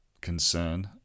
concern